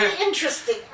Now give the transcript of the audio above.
interesting